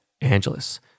Angeles